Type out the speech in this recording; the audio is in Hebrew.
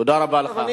תודה רבה לך.